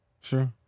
sure